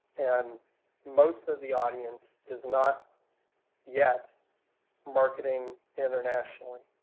and most of the audience is not yet marketing internationally.